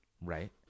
Right